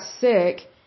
sick